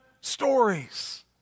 stories